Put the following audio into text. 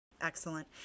Excellent